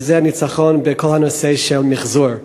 וזה ניצחון בכל הנושא של מיחזור.